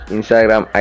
Instagram